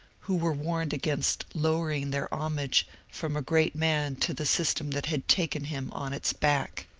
who were warned against lowering their homage from a great man to the system that had taken him on its back.